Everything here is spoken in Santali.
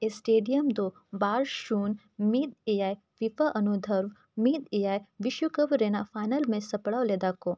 ᱫᱚ ᱵᱟᱨ ᱥᱩᱱ ᱢᱤᱫ ᱮᱭᱟᱭ ᱯᱷᱤᱯᱟ ᱚᱱᱩᱨᱫᱷᱚ ᱢᱤᱫ ᱮᱭᱟᱭ ᱵᱤᱥᱥᱚᱠᱟᱯ ᱨᱮᱱᱟᱜ ᱥᱟᱯᱲᱟᱣ ᱞᱮᱫᱟ ᱠᱚ